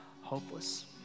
hopeless